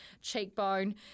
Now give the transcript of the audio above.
cheekbone